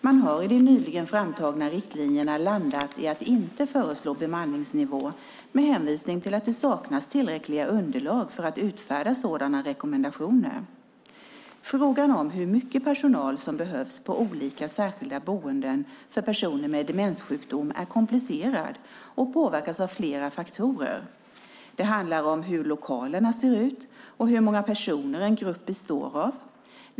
Man har i de nyligen framtagna riktlinjerna landat i att inte föreslå bemanningsnivå med hänvisning till att det saknas tillräckligt underlag för att utfärda sådana rekommendationer. Frågan om hur mycket personal som behövs på olika särskilda boenden för personer med demenssjukdom är komplicerad och påverkas av flera faktorer. Det handlar om hur lokalerna ser ut och hur många personer en grupp består av.